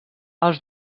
els